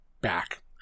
back